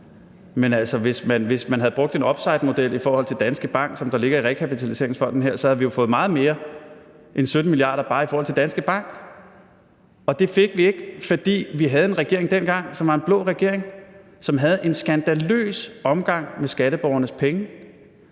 men hvis man havde brugt en upsidemodel i forhold til Danske Bank, som der ligger i rekapitaliseringsfonden her, så havde vi jo fået meget mere end 17 mia. kr. bare i forhold til Danske Bank, og det fik vi ikke, fordi vi dengang havde en regering, som var en blå regering, som havde en skandaløs omgang med skatteborgernes penge,